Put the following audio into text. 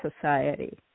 society